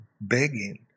begging